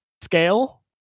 scale